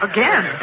Again